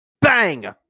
bang